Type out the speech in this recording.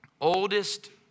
oldest